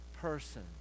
person